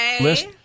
list